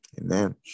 Amen